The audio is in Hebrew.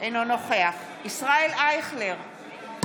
אינו נוכח ישראל אייכלר,